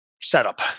setup